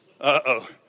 Uh-oh